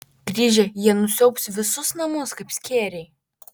grįžę jie nusiaubs visus namus kaip skėriai